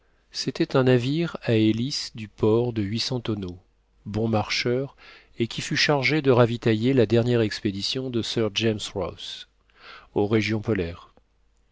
c'était un navire à hélice du port de huit cents tonneaux bon marcheur et qui fut chargé de ravitailler la dernière expédition de sir james ross aux régions polaires